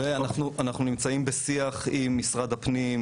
אנחנו נמצאים בשיח עם משרד הפנים,